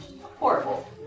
horrible